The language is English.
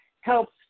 helps